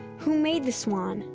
who made the swan,